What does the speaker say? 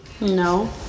No